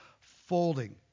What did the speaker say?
folding